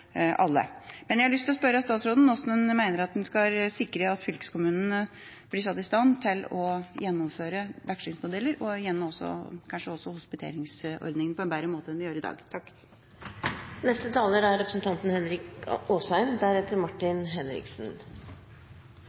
alle. Jeg har lyst til å spørre statsråden hvordan han mener at en skal sikre at fylkeskommunene blir satt i stand til å gjennomføre vekslingsmodeller og kanskje også hospiteringsordninger på en bedre måte enn vi gjør i dag.